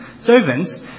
Servants